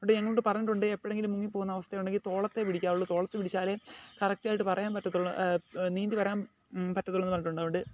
അത്കൊണ്ടെ് എന്നോട് പറഞ്ഞിട്ടുണ്ട് എപ്പോഴെങ്കിലും മുങ്ങിപ്പോവുന്ന അവസ്ഥയുണ്ടെങ്കിൽ തോളത്തേ പിടിക്കാവുള്ളു തോളത്ത് പിടിച്ചാൽ കറക്റ്റ് ആയിട്ട് പറയാൻ പറ്റത്തുള്ളു നീന്തി വരാൻ പറ്റത്തുള്ളു എന്ന് പറഞ്ഞിട്ടുണ്ട് അതുകൊണ്ട്